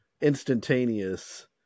instantaneous